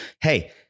Hey